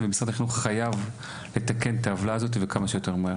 ומשרד החינוך חייב לתקן את העוולה הזאת וכמה שיותר מהר.